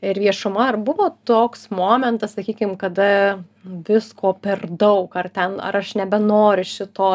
ir viešuma ar buvo toks momentas sakykim kada visko per daug ar ten ar aš nebenoriu šito